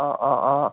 অঁ অঁ অঁ